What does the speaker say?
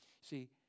See